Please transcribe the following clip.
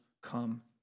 come